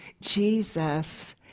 Jesus